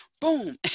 boom